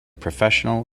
professional